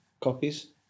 copies